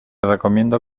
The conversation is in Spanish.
recomiendo